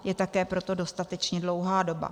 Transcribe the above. Je také pro to dostatečně dlouhá doba.